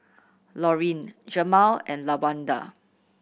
Laurene Jemal and Lawanda